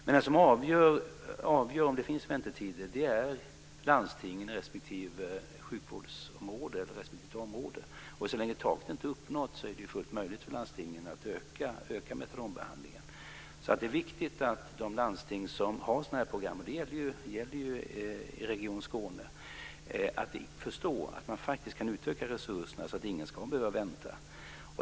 Men den som avgör om det finns väntetider är landstingen i respektive sjukvårdsområde. Så länge taket inte är uppnått är det fullt möjligt för landstingen att öka antalet platser för metadonbehandling. Det är viktigt att de landsting som har sådana program - och det gäller i region Skåne - att förstå att de faktiskt kan utöka resurserna så att ingen ska behöva vänta.